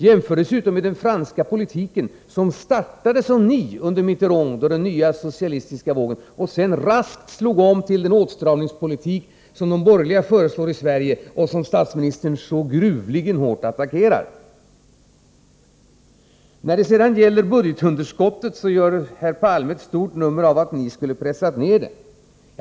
Jämför dessutom med den franska politiken, som startade på samma sätt som ni under Mitterrand och den nya socialistiska vågen, men sedan raskt slog om till den åtstramningspolitik som de borgerliga föreslår i Sverige och som statsministern så gruvligt hårt attackerar. När det sedan gäller budgetunderskottet gör herr Palme ett stort nummer av att ni skulle ha pressat ner det.